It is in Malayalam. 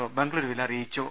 ഒ ബംഗുളൂരുവിൽ അറിയിച്ചു